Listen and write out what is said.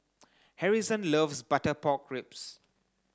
Harrison loves butter pork ribs